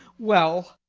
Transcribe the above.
well.